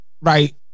right